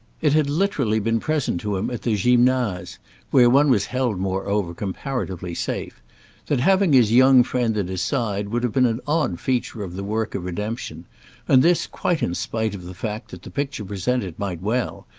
it had literally been present to him at the gymnase where one was held moreover comparatively safe that having his young friend at his side would have been an odd feature of the work of redemption and this quite in spite of the fact that the picture presented might well,